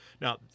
now